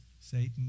Satan